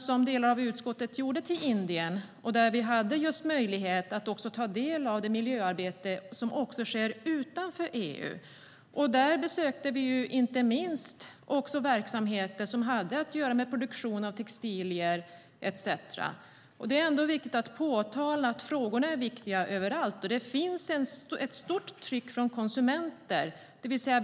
Delar av utskottet gjorde en resa till Indien där vi hade möjlighet att ta del av det miljöarbete som sker utanför EU. Vi besökte verksamheter som hade med produktion av textilier att göra etcetera. De här frågorna är viktiga överallt, och det finns ett stort tryck från konsumenterna.